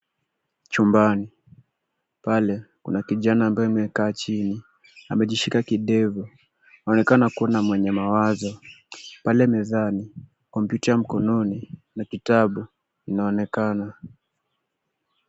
Chumbani pale kuna kijana ambaye amekaa chini, amejishika kidevu, anaonekana akiwa na mwenye mawazo. Pale mezani, kompyuta ya mkononi na kitabu inaonekana.